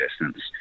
distance